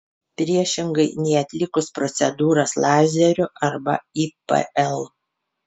priešingai nei atlikus procedūras lazeriu arba ipl